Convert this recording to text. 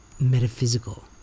metaphysical